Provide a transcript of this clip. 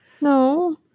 No